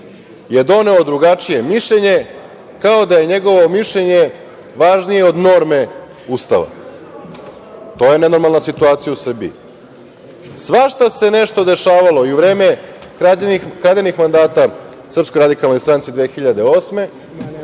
je doneo drugačije mišljenje, kao da je njegovo mišljenje važnije od norme Ustava. To je nenormalna situacija u Srbiji. Svašta se nešto dešavalo i u vreme kradenih mandata SRS 2008.